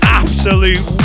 absolute